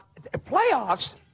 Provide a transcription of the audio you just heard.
Playoffs